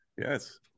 Yes